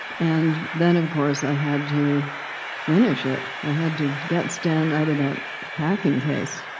and then, of course, i had to finish it. i had to get stan out of that packing case.